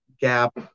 gap